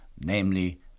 namely